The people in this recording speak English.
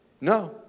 No